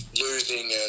losing